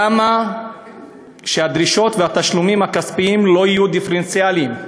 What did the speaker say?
למה שהדרישות והתשלומים הכספיים לא יהיו דיפרנציאליים?